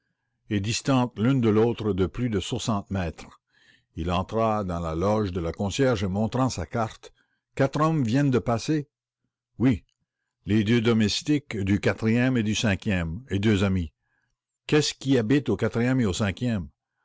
et distantes l'une de l'autre de plus de soixante mètres il entra dans la loge de la concierge et montrant sa carte quatre hommes viennent de passer oui les deux domestiques du quatrième et du cinquième et deux amis qu'est-ce qui habite au quatrième et au cinquième